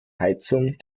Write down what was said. heizung